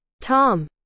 Tom